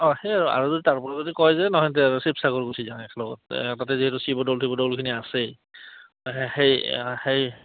অঁ সেই আৰু আৰু যদি তাৰোপৰি যদি কয় যে নহয় তে আৰু শিৱসাগৰ গুচি যাওঁ একেলগত তাতে যিহেতু শিৱদৌল তিৱদৌলখিনি আছেই সেই সেই